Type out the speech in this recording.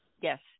Yes